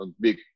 big